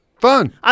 Fun